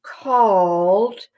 called